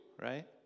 right